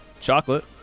Chocolate